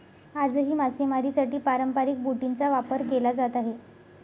आजही मासेमारीसाठी पारंपरिक बोटींचा वापर केला जात आहे